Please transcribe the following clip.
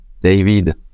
David